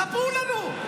ספרו לנו.